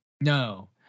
no